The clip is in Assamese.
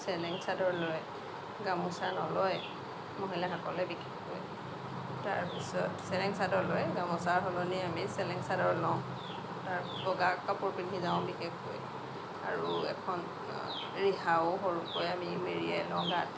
চেলেং চাদৰ লয় গামোচা নলয় মহিলাসকলে বিশেষকৈ তাৰ পিছত চেলেং চাদৰ লয় গামোচাৰ সলনি আমি চেলেং চাদৰ লওঁ তাত বগা কাপোৰ পিন্ধি যাওঁ বিশেষকৈ আৰু এখন ৰিহাও সৰুকৈ আমি মেৰিয়াই লওঁ গাত